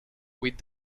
with